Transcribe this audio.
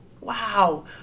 wow